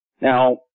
Now